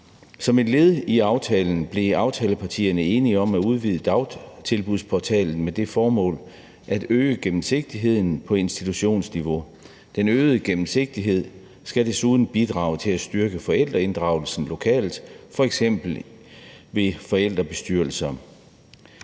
Som et led i aftalen blev aftalepartierne enige om at udvide Dagtilbudsportalen med det formål at øge gennemsigtigheden på institutionsniveau. Den øgede gennemsigtighed skal desuden bidrage til at styrke forældreinddragelsen lokalt, f.eks. ved forældrebestyrelser.